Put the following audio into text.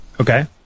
Okay